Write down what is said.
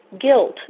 guilt